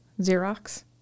Xerox